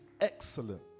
excellent